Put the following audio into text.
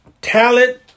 talent